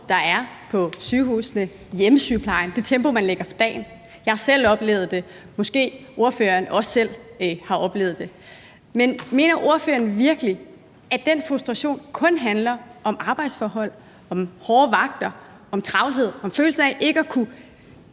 der er på sygehusene og i hjemmesygeplejen, altså det tempo, man lægger for dagen. Jeg har selv oplevet det, måske ordføreren også selv har oplevet det. Men mener ordføreren virkelig, at den frustration kun handler om arbejdsforhold, om hårde vagter, om travlhed, om følelsen af ikke at kunne